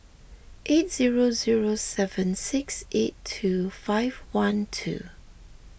eight zero zero seven six eight two five one two